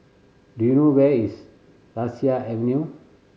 do you know where is Lasia Avenue